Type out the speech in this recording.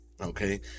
Okay